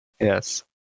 Yes